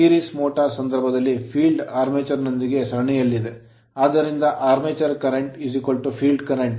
series motor ಸರಣಿ motor ಸಂದರ್ಭದಲ್ಲಿ field field armature armature ನೊಂದಿಗೆ ಸರಣಿಯಲ್ಲಿದೆ ಆದ್ದರಿಂದ armature current armature current field current field current